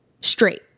straight